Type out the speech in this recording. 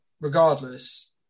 regardless